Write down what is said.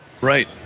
Right